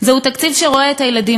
זהו תקציב שנלחם ביוקר